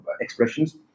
expressions